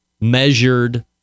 measured